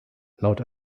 laut